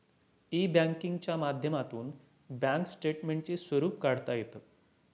E बँकिंगच्या माध्यमातून bank स्टेटमेंटचे स्वरूप काढता येतं